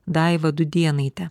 daiva dudėnaite